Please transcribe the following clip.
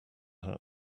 hurt